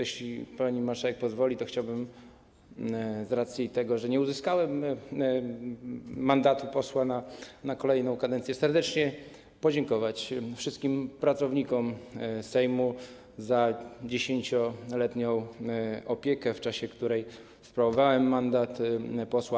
Jeśli pani marszałek pozwoli, to chciałbym - z racji tego, że nie uzyskałem mandatu posła na kolejną kadencję - serdecznie podziękować wszystkim pracownikom Sejmu za 10-letnią opiekę w czasie, kiedy sprawowałem mandat posła.